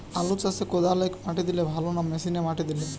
আলু চাষে কদালে মাটি দিলে ভালো না মেশিনে মাটি দিলে?